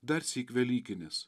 darsyk velykinis